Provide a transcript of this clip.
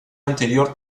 anterior